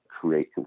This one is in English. create